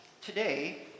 today